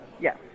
Yes